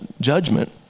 judgment